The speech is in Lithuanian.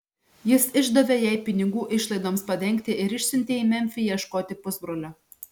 jis išdavė jai pinigų išlaidoms padengti ir išsiuntė į memfį ieškoti pusbrolio